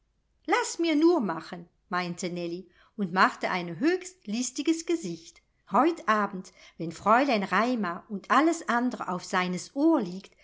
laß mir nur machen meinte nellie und machte ein höchst listiges gesicht heut abend wenn fräulein raimar und alles andre auf seines ohr liegt